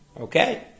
Okay